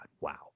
Wow